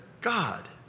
God